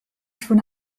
schon